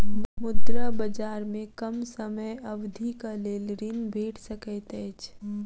मुद्रा बजार में कम समय अवधिक लेल ऋण भेट सकैत अछि